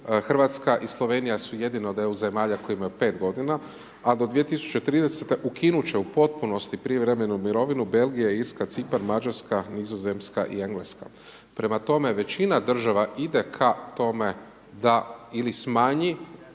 Hrvatska i Slovenija su jedine od EU zemalja koje imaju 5 godina, a do 2030. ukinut će u potpunosti privremenu mirovinu Belgija, Irska, Cipar, Mađarska, Nizozemska i Engleska. Prema tome, većina država ide ka tome da ili smanji